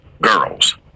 girls